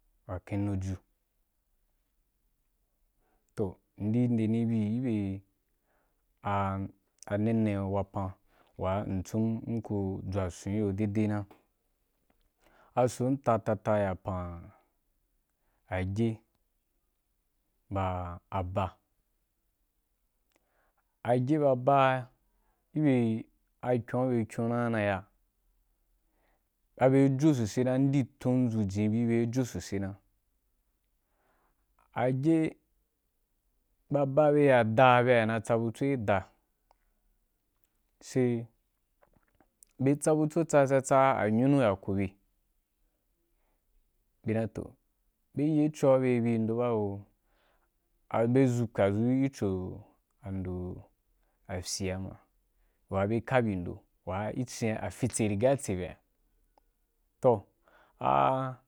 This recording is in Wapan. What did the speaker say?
Wa ken nu ju. Toh mdi nde ni bi gi bye a a ne ne wapan wa mcum mko dʒwa sun gi yo deidei na. A sun ta ta ta ya pan a gye ba a ba, agye ba aba gi bye a kyon ‘a bye kyon na ya ya, a bye a jo so sai na tun ndi zun ji na bi abye jo so sai na. Agye ba ba bye ya da na tsa butso gi da, sai bye tsa butso, tsa tsa tsa anyunu ya kobe, bye dani toh bye yi be cho’a bye ri yi bin do ba o a bye zu kpazu gí cho ando a fyi a ma wa bye ka bi ndo wai an a a fitse riga tse bye’a. Toh’aa.